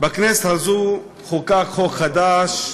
בכנסת הזאת חוקק חוק חדש,